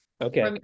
Okay